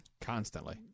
Constantly